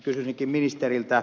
kysyisinkin ministeriltä